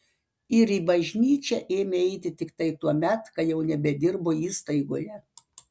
ir į bažnyčią ėmė eiti tiktai tuomet kai jau nebedirbo įstaigoje